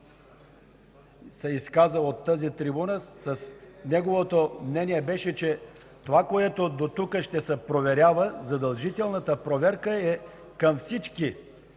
изказа от тази трибуна, неговото мнение беше, че това, което до тук ще се проверява, задължителната проверка е към всички